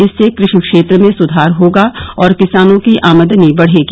इससे कृषि क्षेत्र में सुधार होगा और किसानों की आमदनी बढ़ेगी